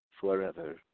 forever